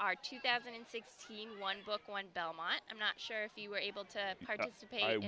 our two thousand and sixteen one book one belmont i'm not sure if you were able to participate